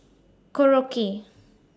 Korokke